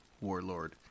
warlord